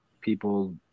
people